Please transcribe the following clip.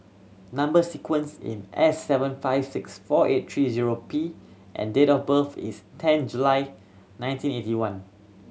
number sequence in S seven five six four eight three zero P and date of birth is ten July nineteen eighty one